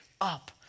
up